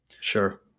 Sure